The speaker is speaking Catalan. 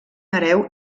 hereu